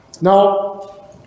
Now